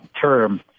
term